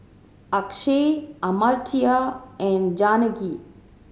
Akshay Amartya and Janaki